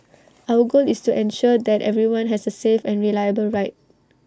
our goal is to ensure that everyone has A safe and reliable ride